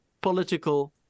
political